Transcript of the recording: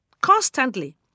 constantly